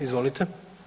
Izvolite.